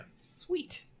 Sweet